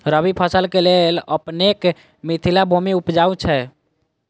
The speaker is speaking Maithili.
रबी फसल केँ लेल अपनेक मिथिला भूमि उपजाउ छै